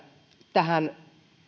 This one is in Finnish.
tähän